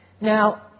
Now